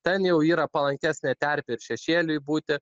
ten jau yra palankesnė terpė ir šešėliui būti